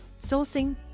sourcing